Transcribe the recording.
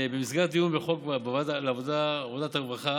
במסגרת דיון בחוק בוועדת העבודה הרווחה,